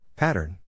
Pattern